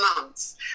months